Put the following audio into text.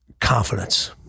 Confidence